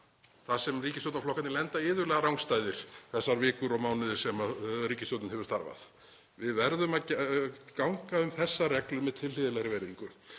þar sem ríkisstjórnarflokkarnir lenda iðulega rangstæðir þessar vikur og mánuði sem ríkisstjórnin hefur starfað. Við verðum að ganga um þessar reglur með tilhlýðilegri virðingu.